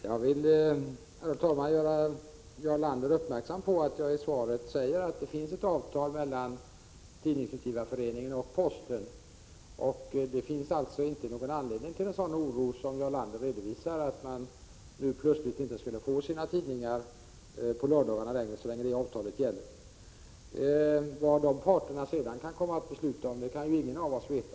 Herr talman! Låt mig göra Jarl Lander uppmärksam på att jag i svaret säger att det finns ett avtal mellan Tidningsutgivareföreningen och posten, och så länge det avtalet gäller föreligger inte anledning till någon oro av det slag som Jarl Lander redovisar, att folk plötsligt inte skulle få sina tidningar på lördagarna. Vad parterna sedan kan komma att besluta kan ju ingen-av oss veta.